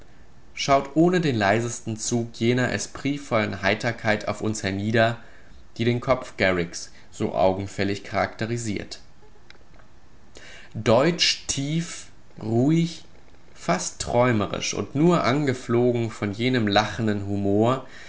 schaut ohne den leisesten zug jener espritvollen heiterkeit auf uns hernieder die den kopf garricks so augenfällig charakterisiert deutsch tief ruhig fast träumerisch und nur angeflogen von jenem lachenden humor